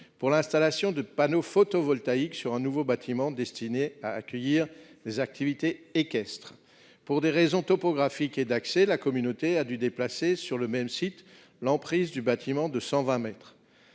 pour l'installation de panneaux photovoltaïques sur un nouveau bâtiment destiné à accueillir des activités équestres. Pour des raisons topographiques et d'accès au bâtiment, la communauté a dû déplacer de 120 mètres, sur le même site, l'emprise du bâtiment.